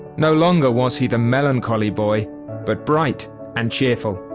no longer was he the melancholy boy but bright and cheerful.